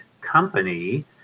company